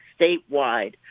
statewide